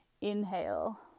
Inhale